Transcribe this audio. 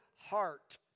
heart